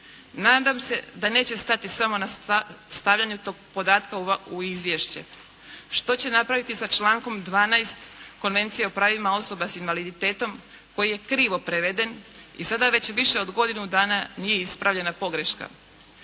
Nadam se da neće stati samo na stavljanje toga podatka u izvješće. Što će napraviti sa člankom 12. Konvencije o pravima osoba s invaliditetom koji je krivo preveden i sada već više od godinu dana nije ispravljena pogreška.